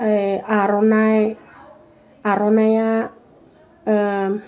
ओइ आर'नाइ आर'नाइया